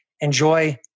enjoy